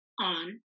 on